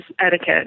etiquette